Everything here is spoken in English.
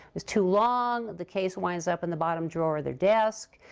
is too long, the case winds up in the bottom drawer of their desk,